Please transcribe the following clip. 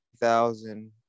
thousand